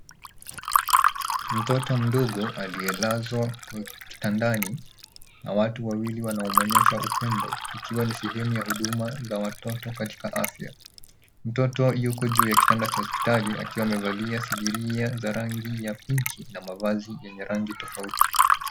Mtoto mdogo, aliyelazwa kitandani na watu wawili wanamwonyesha upendo, ukiwa ni sehemu ya huduma za watoto katika afya. Mtoto yuko juu ya kitanda cha hospitali akiwa amevalia sidiria za ranki ya pinki na mavazi yenye rangi tofauti.